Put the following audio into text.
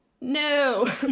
no